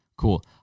Cool